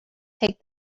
take